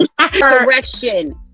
correction